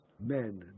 men